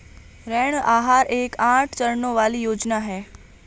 ऋण आहार एक आठ चरणों वाली योजना है